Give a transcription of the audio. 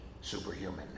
superhuman